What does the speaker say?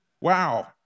wow